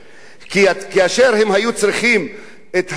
כי כאשר הם היו צריכים לגמור את החיסונים,